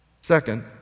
Second